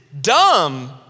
dumb